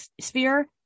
sphere